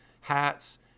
hats